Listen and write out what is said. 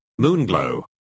Moonglow